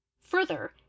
Further